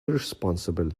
irresponsible